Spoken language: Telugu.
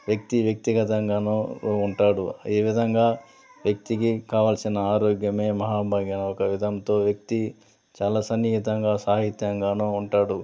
వ్యక్తి వ్యక్తిగతంగాను ఉంటాడు ఈ విధంగా వ్యక్తికి కావలసిన ఆరోగ్యమే మహాభాగ్యం ఆ ఒక విధంతో వ్యక్తి చాలా సన్నిహితంగా సాహిత్యంగాను ఉంటాడు